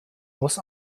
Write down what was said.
aus